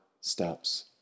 steps